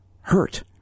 hurt